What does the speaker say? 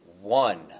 one